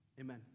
Amen